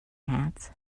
hats